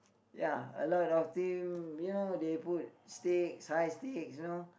ya a lot of team you know they put stakes high stakes you know